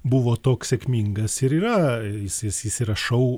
buvo toks sėkmingas ir yra jis jis jis yra šou